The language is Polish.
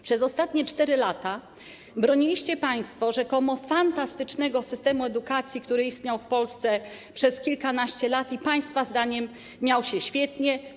Przez ostatnie 4 lata broniliście państwo rzekomo fantastycznego systemu edukacji, który istniał w Polsce przez kilkanaście lat i państwa zdaniem miał się świetnie.